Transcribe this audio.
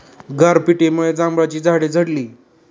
गारपिटीमुळे जांभळाची झाडे झडली